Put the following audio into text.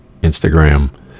Instagram